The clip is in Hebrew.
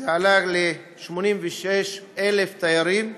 שעלה ל-86,000 תיירים,